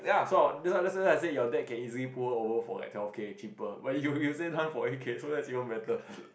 so I that that why I said your date can easily put off over for like twelve K cheaper but you you said time for A K so is even better